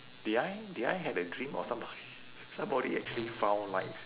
did I did I have a dream or somebody somebody actually found lights